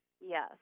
Yes